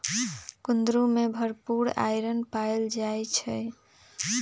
कुंदरू में भरपूर आईरन पाएल जाई छई